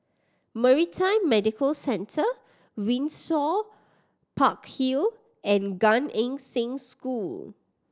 Maritime Medical Centre Windsor Park Hill and Gan Eng Seng School